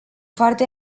foarte